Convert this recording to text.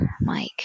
Mike